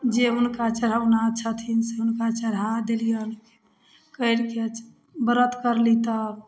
जे हुनका चढ़ौना छथिन से हुनका चढ़ा देलियनि करिके ब्रत करली तब